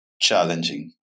challenging